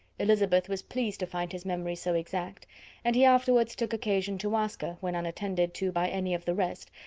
elizabeth was pleased to find his memory so exact and he afterwards took occasion to ask her, when unattended to by any of the rest,